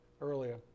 earlier